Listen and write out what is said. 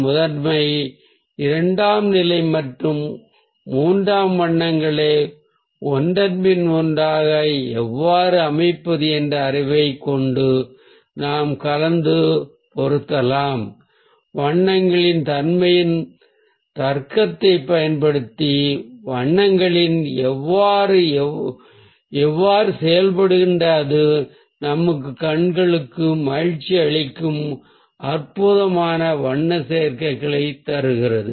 முதன்மை இரண்டாம் நிலை மற்றும் மூன்றாம் வண்ணங்களை ஒன்றன் பின் ஒன்றாக எவ்வாறு அமைப்பது என்ற அறிவைக் கொண்டு நாம் கலந்து பொருத்தலாம் வண்ணங்களின் தன்மையின் தர்க்கத்தைப் பயன்படுத்தி வண்ணங்கள் எவ்வாறு செயல்படுகின்றனஇவ்வாறு அது நம் கண்களுக்கு மகிழ்ச்சி அளிக்கும் அற்புதமான வண்ண சேர்க்கைகளை தருகிறது